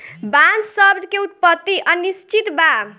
बांस शब्द के उत्पति अनिश्चित बा